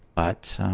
but